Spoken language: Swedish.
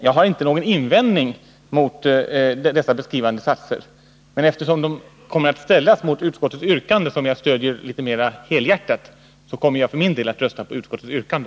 Jag har som sagt ingen invändning mot dessa beskrivande satser, men eftersom de kommer att ställas mot utskottets yrkande, som jag litet mera helhjärtat stöder, kommer jag för min del att rösta på utskottets yrkande.